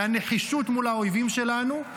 מהנחישות מול האויבים שלנו,